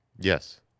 Yes